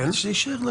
גלעד, אל תעזור לי.